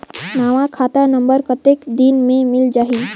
नवा खाता नंबर कतेक दिन मे मिल जाही?